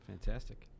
Fantastic